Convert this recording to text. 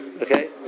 Okay